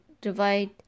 divide